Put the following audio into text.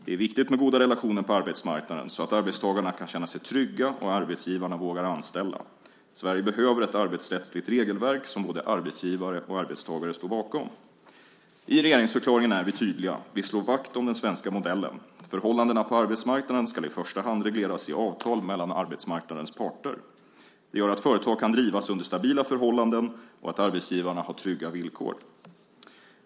Det är viktigt med goda relationer på arbetsmarknaden, så att arbetstagarna kan känna sig trygga och arbetsgivarna vågar anställa. Sverige behöver ett arbetsrättsligt regelverk som både arbetsgivare och arbetstagare står bakom. I regeringsförklaringen är vi tydliga. Vi slår vakt om den svenska modellen. Förhållandena på arbetsmarknaden ska i första hand regleras i avtal mellan arbetsmarknadens parter. Det gör att företag kan drivas under stabila förhållanden och att arbetstagarna har trygga villkor.